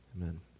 Amen